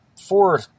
four